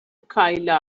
کایلا